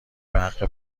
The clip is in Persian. بحق